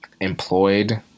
employed